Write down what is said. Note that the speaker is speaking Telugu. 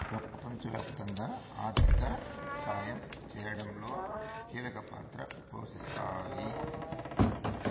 ప్రపంచవ్యాప్తంగా ఆర్థిక సాయం చేయడంలో కీలక పాత్ర పోషిస్తాయి